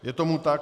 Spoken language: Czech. Je tomu tak.